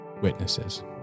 witnesses